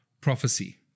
prophecy